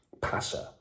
passer